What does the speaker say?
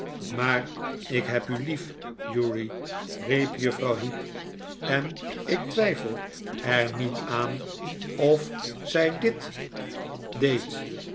maar ik heb u lief uri riep juffrouw heep en ik twijfel er niet aan of zij dit deed